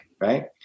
right